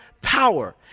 power